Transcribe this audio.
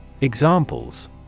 Examples